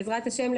בעזרת השם,